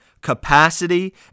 capacity